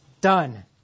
done